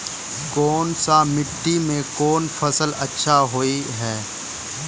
कोन सा मिट्टी में कोन फसल अच्छा होय है?